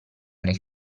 nel